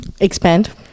Expand